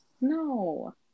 No